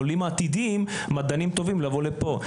לעולים עתידיים, מדענים טובים, לבוא לפה.